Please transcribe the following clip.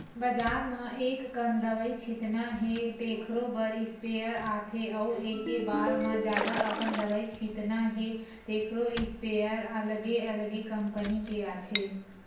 बजार म एककन दवई छितना हे तेखरो बर स्पेयर आथे अउ एके बार म जादा अकन दवई छितना हे तेखरो इस्पेयर अलगे अलगे कंपनी के आथे